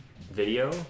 video